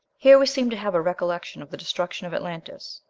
here we seem to have a recollection of the destruction of atlantis.